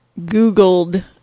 Googled